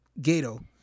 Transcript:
Gato